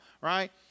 right